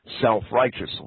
self-righteously